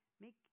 make